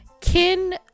Kin